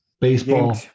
Baseball